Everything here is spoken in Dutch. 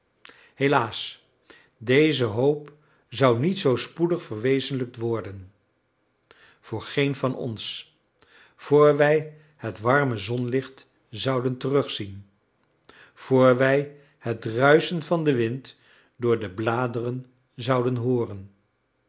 helaas deze hoop zou niet zoo spoedig verwezenlijkt worden voor geen van ons vr wij het warme zonlicht zouden terugzien vr wij het ruischen van den wind door de bladeren zouden hooren